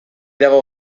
dago